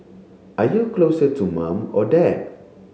are you closer to mum or dad